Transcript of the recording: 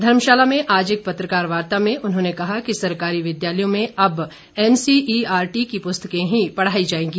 धर्मशाला में आज एक पत्रकार वार्ता में उन्होंने कहा कि सरकारी विद्यालयों में अब एनसीईआरटी की पुस्तकें ही पढ़ाई जाएगी